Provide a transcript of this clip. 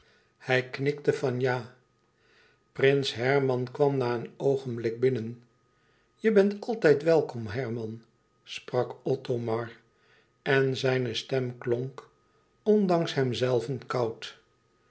hij knikte van ja prins herman kwam na een oogenblik binnen je bent altijd welkom herman sprak othomar en zijne stem klonk ondanks hemzelven koud